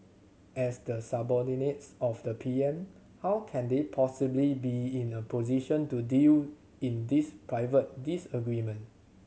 as the subordinates of the P M how can they possibly be in a position to deal in this private disagreement